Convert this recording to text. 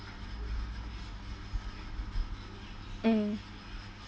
mm